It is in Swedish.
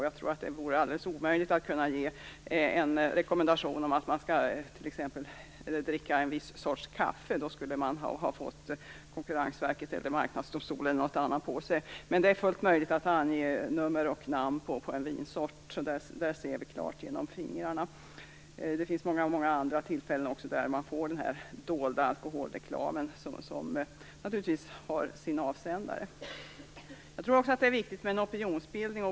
Jag tror att det vore alldeles omöjligt att ge en rekommendation om att man skall dricka t.ex. en viss sorts kaffe - då skulle man ha fått Konkurrensverket eller Marknadsdomstolen på sig - men det är fullt möjligt att ange nummer och namn på en vinsort. Där ser vi helt klart genom fingrarna. Det finns många andra tillfällen där man också får denna dolda alkoholreklam, som naturligtvis har sin avsändare. Jag tror också att det är viktigt med opinionsbildning.